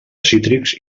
cítrics